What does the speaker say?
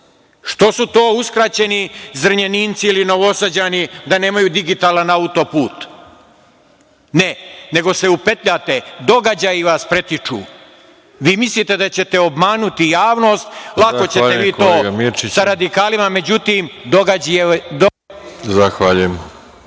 Što su to uskraćeni Zrenjaninci ili Novosađani da nemaju digitalan auto-put? Ne, nego se upetljate. Događaji vas pretiču. Vi mislite da ćete obmanuti javnost, lako ćete vi to sa radikalima, međutim, događaji vas…